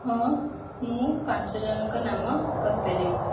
ହଁ ମୁଁ ପାଞ୍ଚ ଜଣଙ୍କ ନାମ କହିପାରିବି